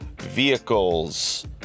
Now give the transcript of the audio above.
vehicles